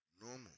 normal